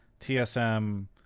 TSM